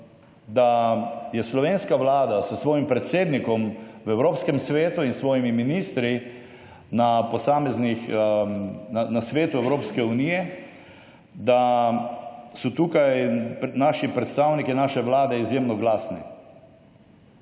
da je Slovenska vlada s svojim predsednikom v Evropskem svetu in s svojimi ministri na Svetu Evropske unije, da so tukaj naši predstavniki naše vlade izjemno glasni.